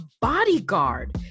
Bodyguard